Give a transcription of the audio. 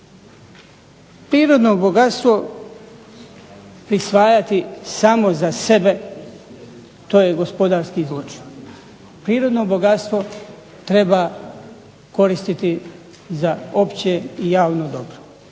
Prirodno bogatstvo prisvajati samo za sebe, to je gospodarski zločin. Prirodno bogatstvo treba koristiti za opće i javno dobro.